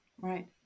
right